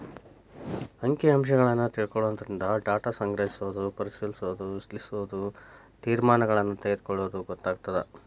ಅಂಕಿ ಅಂಶಗಳನ್ನ ತಿಳ್ಕೊಳ್ಳೊದರಿಂದ ಡಾಟಾ ಸಂಗ್ರಹಿಸೋದು ಪರಿಶಿಲಿಸೋದ ವಿಶ್ಲೇಷಿಸೋದು ತೇರ್ಮಾನಗಳನ್ನ ತೆಗೊಳ್ಳೋದು ಗೊತ್ತಾಗತ್ತ